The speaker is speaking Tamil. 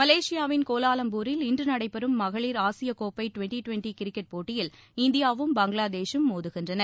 மலேசியாவின் கோலாவம்பூரில் இன்று நடைபெறும் மகளிர் ஆசியா கோப்பை டுவென்டி டுவென்டி கிரிக்கெட் இறுதிப்போட்டியில் இந்தியாவும் பங்களாதேசும் மோதுகின்றன